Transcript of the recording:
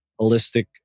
holistic